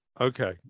Okay